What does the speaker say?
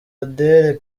adele